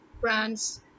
brands